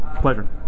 Pleasure